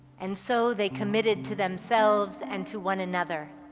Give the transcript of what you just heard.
and so they committed to themselves and to one another,